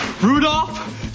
Rudolph